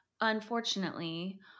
unfortunately